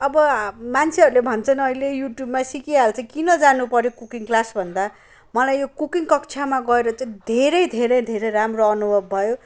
अब मान्छेहरूले भन्छन् अहिले युट्युबमा सिकिहाल्छ किन जानु पऱ्यो कुकिङ क्लास भन्दा मलाई यो कुकिङ कक्षामा गएर चाहिँ धेरै धेरै धेरै राम्रो अनुभव भयो